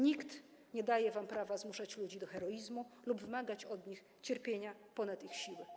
Nikt nie daje wam prawa zmuszać ludzi do heroizmu lub wymagać od nich cierpienia ponad ich siły.